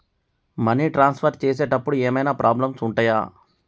Money transfer చేసేటప్పుడు ఏమైనా problems ఉంటయా?